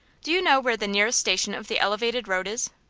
do you know where the nearest station of the elevated road is?